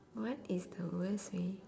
what is the worst way